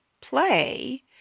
play